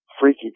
freaky